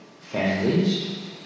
families